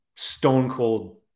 stone-cold